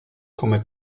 come